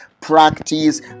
Practice